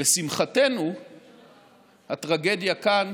לשמחתנו הטרגדיה כאן